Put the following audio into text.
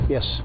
Yes